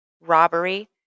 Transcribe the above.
robbery